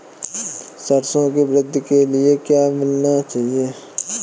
सरसों की वृद्धि के लिए क्या मिलाना चाहिए?